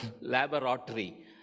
laboratory